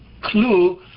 clue